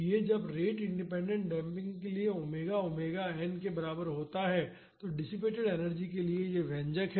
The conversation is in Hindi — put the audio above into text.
यह जब रेट इंडिपेंडेंट डेम्पिंग के लिए ओमेगा ओमेगा n के बराबर होता है तो डिसिपेटड एनर्जी के लिए यह व्यंजक है